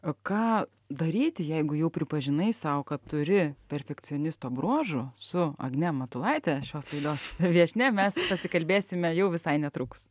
o ką daryti jeigu jau pripažinai sau kad turi perfekcionisto bruožų su agne matulaite šios laidos viešnia mes pasikalbėsime jau visai netrukus